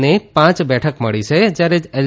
ને પાંચ બેઠકો મળી છે જયારે એલ